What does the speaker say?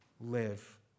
live